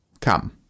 Come